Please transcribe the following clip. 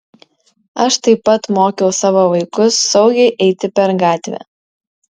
aš taip pat mokiau savo vaikus saugiai eiti per gatvę